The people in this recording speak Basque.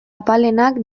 apalenak